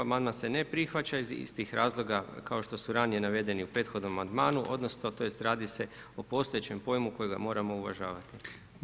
Amandman se ne prihvaća iz istih razloga kao što su ranije navedeni u prethodnom amandmanu odnosno tj. radi se o postojećem pojmu kojega moramo uvažavati.